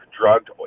drugged